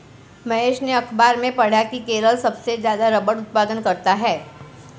महेश ने अखबार में पढ़ा की केरल सबसे ज्यादा रबड़ उत्पादन करता है